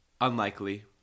unlikely